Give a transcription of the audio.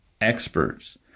experts